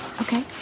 Okay